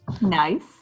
Nice